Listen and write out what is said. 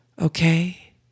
Okay